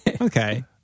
okay